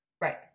Right